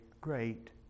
great